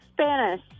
Spanish